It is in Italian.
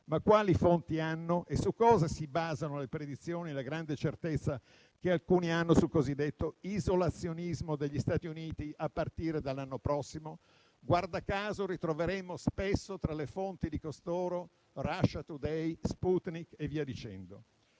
ma quali fonti hanno e su cosa si basano le predizioni e la grande certezza che alcuni hanno sul cosiddetto isolazionismo degli Stati Uniti, a partire dall'anno prossimo? Guarda caso, ritroveremmo spesso tra le fonti di costoro Russia Today, Sputnik e via dicendo.